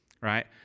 right